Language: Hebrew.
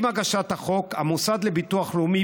עם הגשת החוק ביקש ממני המוסד לביטוח לאומי